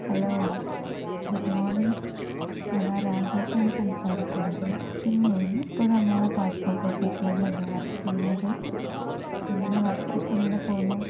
hello good morning എടാ രാഗേഷാണ് സംസാരിക്കുന്നത് പിന്നേ നീ ഇപ്പോഴും നമ്മളെ പാസ്പോർട്ട് ഓഫീസില്ത്തന്നെയല്ലേ വർക്ക് ചെയ്യുന്നത് എങ്ങനെയാണ് വർക്കൊക്കെ എങ്ങനെ പോകുന്നു